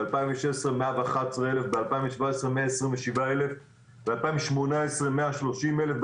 ב-2016 אושרו 111,000. ב-2017 אושרו 127,000. ב-2018 אושרו